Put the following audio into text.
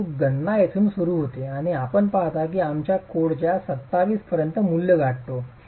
म्हणून गणना येथूनच सुरू होते आणि आपण पाहता की आम्ही कोडच्या 27 पर्यंत मूल्य गाठतो